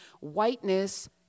whiteness